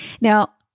Now